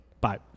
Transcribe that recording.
Bye